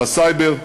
בסייבר,